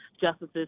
justices